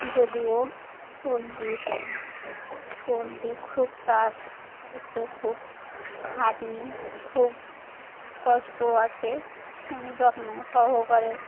যদিও poultry poultry খুব চাষ করতে খুব খাটনি খুব কষ্টও আছে যত্ন সহকারে